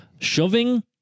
shoving